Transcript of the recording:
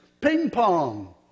ping-pong